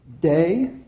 day